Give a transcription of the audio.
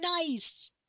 nice